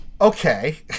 Okay